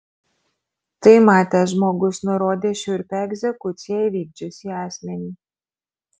tai matęs žmogus nurodė šiurpią egzekuciją įvykdžiusį asmenį